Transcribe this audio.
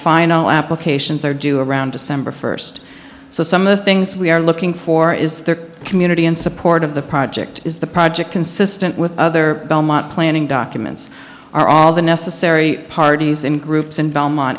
final applications are due of around december first so some of the things we are looking for is the community in support of the project is the project consistent with other belmont planning documents are all the necessary parties in groups and belmont